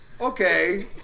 Okay